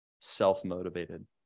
self-motivated